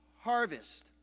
harvest